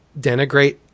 denigrate